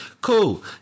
cool